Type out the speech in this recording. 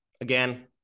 Again